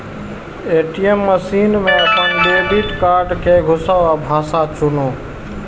ATM machine मे अपन debit card कें घुसाउ आ भाषा चुनू